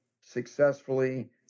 successfully